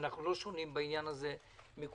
אנחנו לא שונים בעניין הזה מכולם,